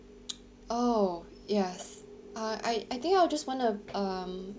oh yes uh I I think I just want uh um